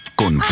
con